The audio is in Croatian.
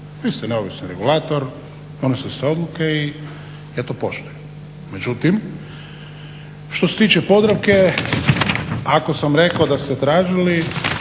Vi ste neovisan regulator, donose se odluke i ja to poštujem. Međutim, što se tiče Podravke ako sam rekao da ste tražili,